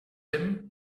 him